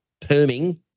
perming